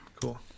Cool